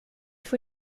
får